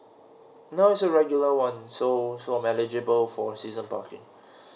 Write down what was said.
no it's a regular one so so I'm eligible for season parking